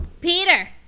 Peter